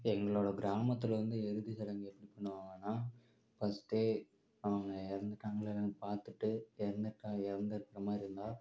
எங்களோடய கிராமத்தில் வந்து இறுதிசடங்கு எப்படி பண்ணுவாங்கனால் ஃபர்ஸ்ட்டு அவங்க இறந்துட்டாங்களா என்னன்னு பார்த்துட்டு இறந்துட்டா இறந்துட்ட மாதிரி இருந்தால்